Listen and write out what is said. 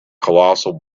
colossal